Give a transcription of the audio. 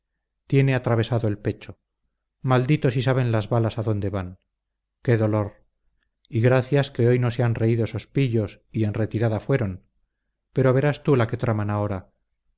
tiene atravesado el pecho maldito si saben las balas adónde van qué dolor y gracias que hoy no se han reído esos pillos y en retirada fueron pero veras tú la que traman ahora